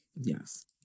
yes